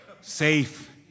safe